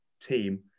team